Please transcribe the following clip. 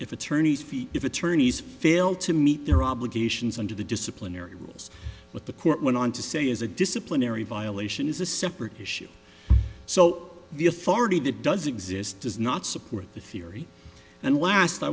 if attorneys fees if attorneys fail to meet their obligations under the disciplinary rules what the court went on to say is a disciplinary violation is a separate issue so the authority that does exist does not support the theory and last i